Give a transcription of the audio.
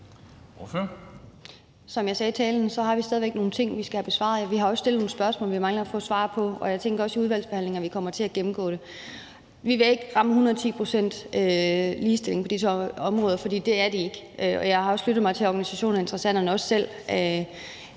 Som jeg sagde i talen, har vi stadig nogle ting, vi skal have besvaret. Vi har også stillet nogle spørgsmål, vi mangler at få svar på. Jeg tænker også, at vi i udvalgsbehandlingen kommer til at gennemgå det. Vi vil ikke ramme hundrede ti procent ligestilling på disse områder, for det er der ikke. Jeg har også lyttet mig til, at organisationerne og interessenterne selv